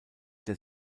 der